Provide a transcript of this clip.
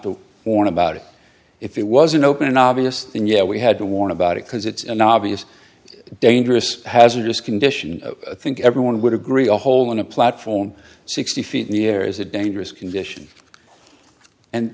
to warn about it if it was an open and obvious thing yeah we had to warn about it because it's an obvious dangerous hazardous condition i think everyone would agree a hole in a platform sixty feet in the air is a dangerous condition and